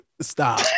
Stop